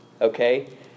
Okay